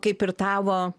kaip ir tavo